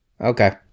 Okay